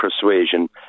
persuasion